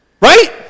Right